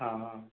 हाँ हाँ